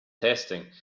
testing